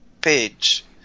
page